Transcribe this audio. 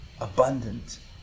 abundant